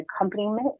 accompaniment